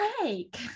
break